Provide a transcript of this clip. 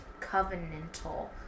covenantal